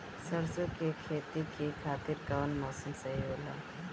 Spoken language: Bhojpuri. सरसो के खेती के खातिर कवन मौसम सही होला?